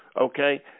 okay